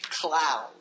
cloud